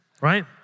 Right